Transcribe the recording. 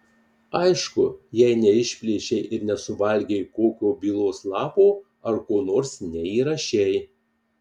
aišku jei neišplėšei ir nesuvalgei kokio bylos lapo ar ko nors neįrašei